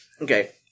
Okay